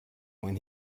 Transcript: when